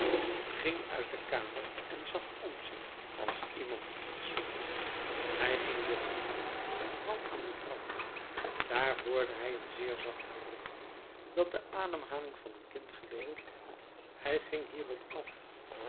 ging uit de kamer en zag om zich als iemand die iets zoekt hij ging door een gang en kwam aan de trap daar hoorde hij een zeer zacht gerucht dat de ademhaling van een kind geleek hij ging hierop af